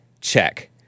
Check